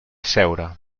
seure